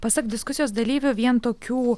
pasak diskusijos dalyvių vien tokių